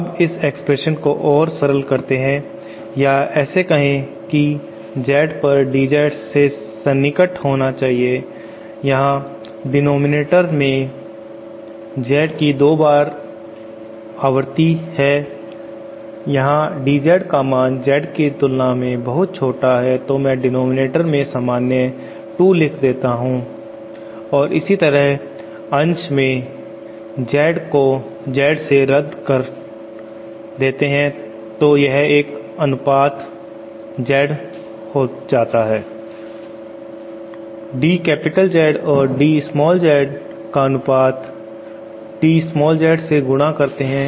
अब इस एक्सप्रेशन को और सरल करते हैं या ऐसे कहे की Z पर DZ से सन्निकट होना चाहिए यहां डिनॉमिनेटरभाजक में Z की दो बार अवधी है यहां DZ का मान Z की तुलना में बहुत छोटा है तो मैं डिनॉमिनेटरभाजक में सामान्य 2 लिख देते हैं और इसी तरह अंश में Z को Z से रद्द कर देते हैं तो यह एक अनुपात Z हो जाता है DZ और Dz का अनुपात Dz से गुणा होता है